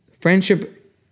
Friendship